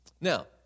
Now